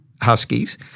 huskies